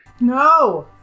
No